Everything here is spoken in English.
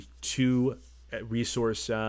two-resource